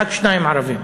רק שני ערבים.